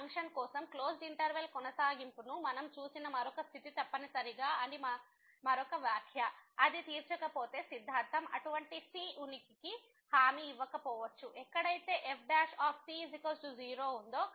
ఈ ఫంక్షన్ కోసం closed interval కొనసాగింపును మనం చూసిన మరొక స్థితి తప్పనిసరి అని మరొక వ్యాఖ్య అది తీర్చకపోతే సిద్ధాంతం అటువంటి c ఉనికికి హామీ ఇవ్వకపోవచ్చు ఎక్కడైతే fc0ఉందో